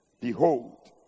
Behold